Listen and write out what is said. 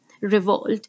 revolt